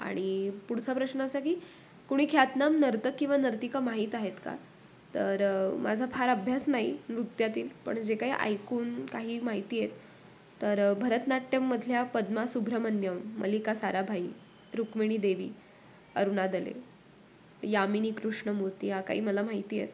आणि पुढचा प्रश्न असा की कुणी ख्यातनाम नर्तक किंवा नर्तिका माहीत आहेत का तर माझा फार अभ्यास नाही नृत्यातील पण जे काही ऐकून काही माहिती आहेत तर भरतनाट्यममधल्या पद्मा सुब्रह्मण्यम मलिका साराभाई रुक्मिणी देवी अरुणा दले यामिनी कृष्णमूर्ती ह्या काही मला माहिती आहेत